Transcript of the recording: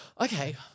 Okay